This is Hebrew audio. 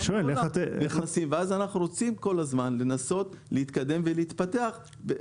אנחנו רוצים כל הזמן לנסות להתקדם ולהתפתח לחדשנות.